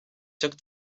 took